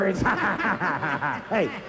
hey